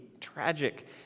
tragic